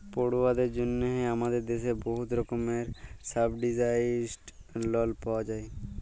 পড়ুয়াদের জ্যনহে আমাদের দ্যাশে বহুত রকমের সাবসিডাইস্ড লল পাউয়া যায়